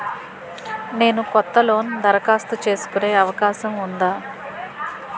నేను కొత్త లోన్ దరఖాస్తు చేసుకునే అవకాశం ఉందా?